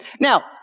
Now